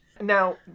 Now